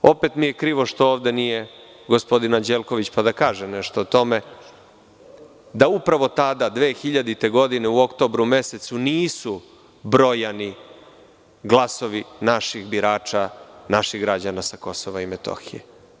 Opet mi je krivo što ovde nije gospodini Anđelković pa da kaže nešto o tome, da upravo tada 2000. godine u oktobru mesecu nisu brojani glasovi naših birača naših građana sa Kosova i Metohije.